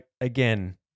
again